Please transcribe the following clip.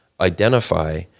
identify